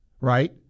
right